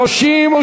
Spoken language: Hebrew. התשע"ה 2015, נתקבל.